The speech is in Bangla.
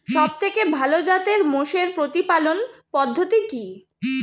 সবথেকে ভালো জাতের মোষের প্রতিপালন পদ্ধতি কি?